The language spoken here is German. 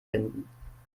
finden